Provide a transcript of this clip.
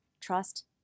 trust